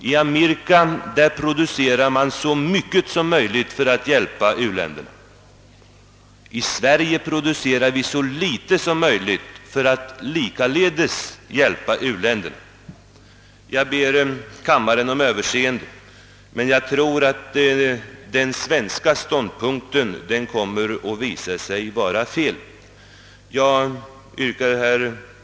I Amerika producerar man så mycket som möjligt för att hjälpa u-länderna. I Sverige producerar vi så litet som möjligt likaledes för att hjälpa u-länderna. Jag ber kammaren om överseende, men jag tror att det är den svenska ståndpunkten som kommer att visa sig felaktig. Herr talman!